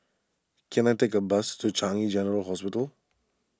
can I take a bus to Changi General Hospital